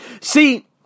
See